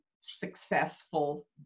successful